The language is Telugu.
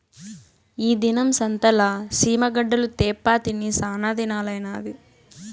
ఈ దినం సంతల సీమ గడ్డలు తేప్పా తిని సానాదినాలైనాది